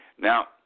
Now